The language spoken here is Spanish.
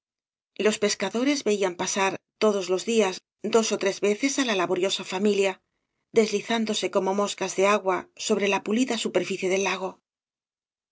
los pescadores veían pasar todos los días dos ó tres veces á la laboriosa familia deslizándose como moscas de agua sobre la pulida superficie del lago